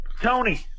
Tony